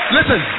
Listen